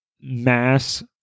mass